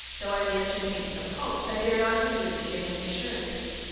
though i may entertain some hopes, i dare not presume to give any assurances.